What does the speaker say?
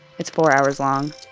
it's four hours long